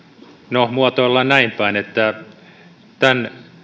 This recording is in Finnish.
no muotoillaan näin päin tämän